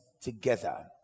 together